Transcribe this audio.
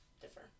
differ